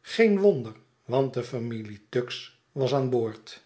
geen wonder want de familie tuggs was aan boord